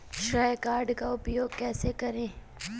श्रेय कार्ड का उपयोग कैसे करें?